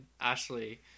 Ashley